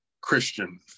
Christian